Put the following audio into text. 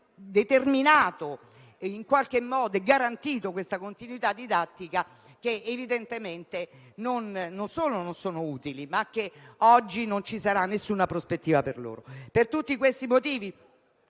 determinato e garantito la continuità didattica, che evidentemente non sono utili e che oggi non ci sarà nessuna prospettiva per loro. Per tutti questi motivi,